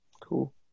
Cool